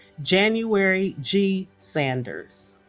january g. sanders